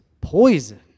poison